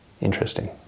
interesting